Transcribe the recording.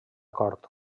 cort